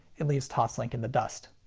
it leaves toslink in the dust.